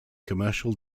commercial